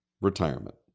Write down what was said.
retirement